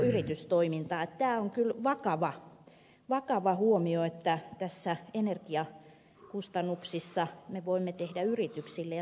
tämä on kyllä vakava huomio että näissä energiakustannuksissa me voimme tehdä yrityksille ja teollisuudellemme varsinaisen karhunpalveluksen